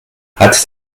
hat